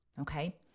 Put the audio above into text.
Okay